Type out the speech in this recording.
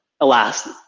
alas